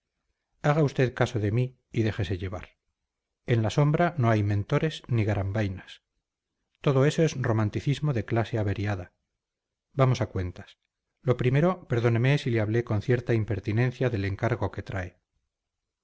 haga usted caso de mí y déjese llevar en la sombra no hay mentores ni garambainas todo eso es romanticismo de clase averiada vamos a cuentas lo primero perdóneme si le hablé con cierta impertinencia del encargo que trae